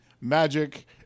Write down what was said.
magic